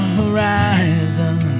horizon